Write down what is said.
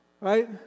right